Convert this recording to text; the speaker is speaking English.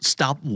Stop